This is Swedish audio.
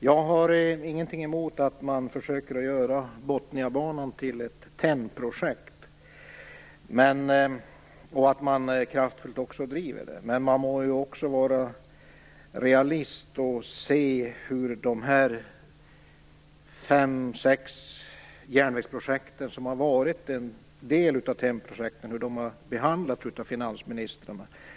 Jag har ingenting emot att man försöker att göra Botniabanan till ett TEN-projekt och att det drivs med kraft, men man må också vara realist och se på hur TEN-projektens fem, sex järnvägsprojekt har behandlats av finansministrarna.